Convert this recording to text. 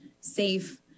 safe